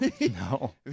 No